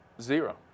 Zero